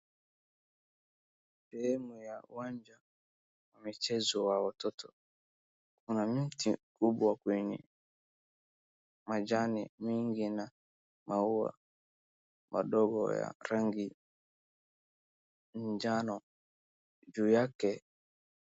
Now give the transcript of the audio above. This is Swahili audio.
Sehemu ya uwanja wa michezo wa watoto, kuna miti kubwa kwenye majani mengi na maua madogo ya rangi njano, juu yake.